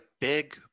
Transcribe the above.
big